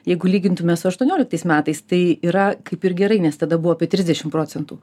jeigu lygintume su aštuonioliktais metais tai yra kaip ir gerai nes tada buvo apie trisdešim procentų